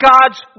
God's